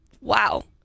wow